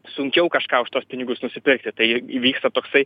sunkiau kažką už tuos pinigus nusipirkti tai įvyksta toksai